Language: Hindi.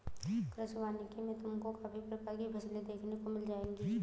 कृषि वानिकी में तुमको काफी प्रकार की फसलें देखने को मिल जाएंगी